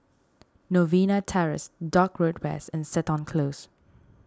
Novena Terrace Dock Road West and Seton Close